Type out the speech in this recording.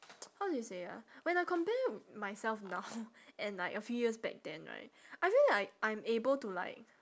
how do you say ah when I compare myself now and like a few years back then right I feel like I I'm able to like